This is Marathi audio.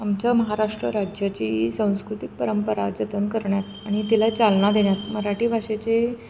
आमच्या महाराष्ट्र राज्याची सांस्कृतिक परंपरा जतन करण्यात आणि तिला चालना देण्यात मराठी भाषेचे